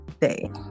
day